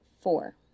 four